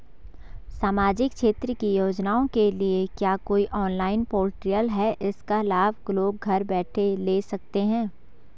सामाजिक क्षेत्र की योजनाओं के लिए क्या कोई ऑनलाइन पोर्टल है इसका लाभ लोग घर बैठे ले सकते हैं?